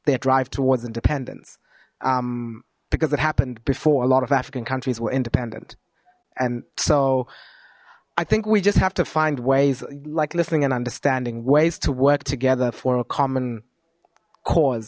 their drive towards independence because it happened before a lot of african countries were independent and so i think we just have to find ways like listening and understanding ways to work together for a common cause